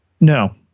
no